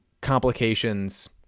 complications